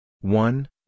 one